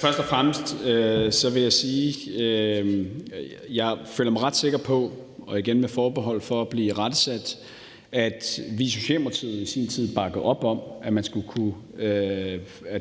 Først og fremmest vil jeg sige, at jeg føler mig ret sikker på, og det er igen med forbehold for at blive irettesat, at vi i Socialdemokratiet i sin tid bakkede op om, at